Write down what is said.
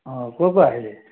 অঁ ক'ৰ পৰা আহিলি